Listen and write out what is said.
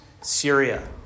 Syria